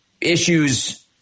issues